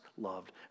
Loved